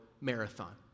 Marathon